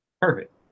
perfect